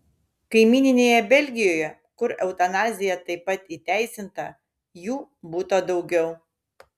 kaimyninėje belgijoje kur eutanazija taip pat įteisinta jų būta daugiau